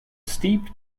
steep